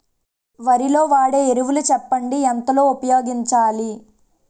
వరిలో వాడే ఎరువులు చెప్పండి? ఎంత లో ఉపయోగించాలీ?